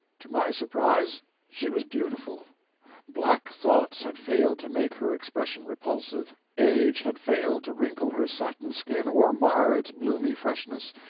to my surprise she was beautiful black thoughts had failed to make her expression repulsive, age had failed to wrinkle her satin skin or mar its bloomy freshness.